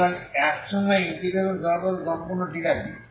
সুতরাং এক সময়ে ইন্টিগ্রেশন সর্বদা শূন্য ঠিক আছে